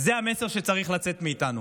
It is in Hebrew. זה המסר שצריך לצאת מאיתנו,